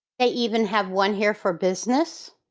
they even have one here for business